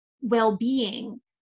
well-being